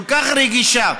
כל כך רגישה,